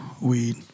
weed